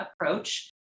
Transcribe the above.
approach